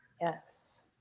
Yes